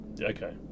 Okay